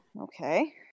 Okay